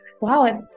Wow